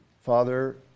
Father